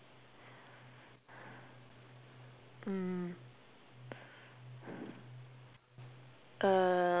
mm um